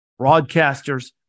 broadcasters